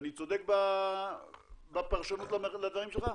אני צודק בפרשנות לדברים שלך?